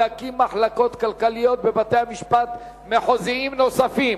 להקים מחלקות כלכליות בבתי-משפט מחוזיים נוספים.